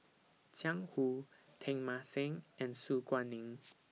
Jiang Hu Teng Mah Seng and Su Guaning